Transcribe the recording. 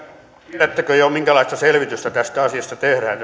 tiedättekö jo minkälaista selvitystä tästä asiasta tehdään